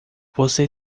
você